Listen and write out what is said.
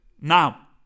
Now